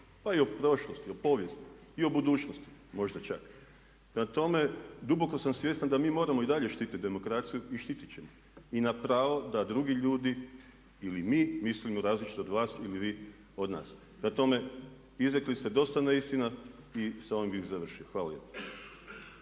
pa i o prošlosti, o povijesti i o budućnosti možda čak. Prema tome, duboko sam svjestan da mi moramo i dalje štititi demokraciju i štititi ćemo je. I na pravo da drugi ljudi ili mi mislimo različito od vas ili vi od nas. Prema tome, izrekli ste dosta neistina i sa ovim bih završio. Hvala